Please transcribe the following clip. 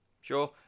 Sure